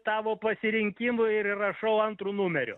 tavo pasirinkimui ir įrašau antru numeriu